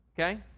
Okay